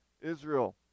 Israel